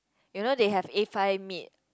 you know they have A five meat